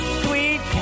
sweet